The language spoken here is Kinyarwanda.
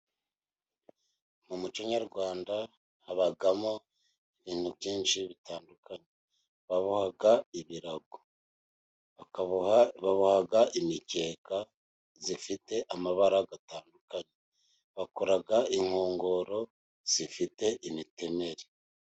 Mu muco nyarwanda habamo ibintu byinshi bitandukanye baboha ibirago, baboha imikeka ifite amabara atandukanye, bakora inkongoro zifite imitemeri.